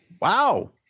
Wow